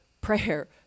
prayer